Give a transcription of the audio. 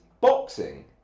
boxing